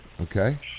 okay